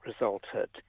resulted